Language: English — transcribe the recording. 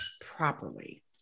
properly